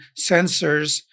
sensors